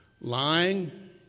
lying